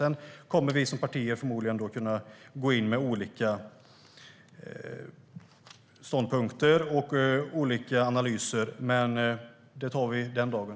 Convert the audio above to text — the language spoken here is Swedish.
Sedan kommer vi som partier förmodligen att kunna gå in med olika ståndpunkter och olika analyser. Men det tar vi den dagen.